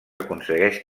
aconsegueix